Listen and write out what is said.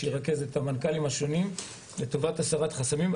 שירכז את המנכ"לים השונים לטובת הסרת חסמים.